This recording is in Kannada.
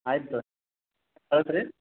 ಆಯಿತು ಕಳಿಸ್ರಿ